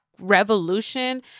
revolution